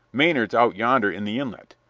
maynard's out yonder in the inlet.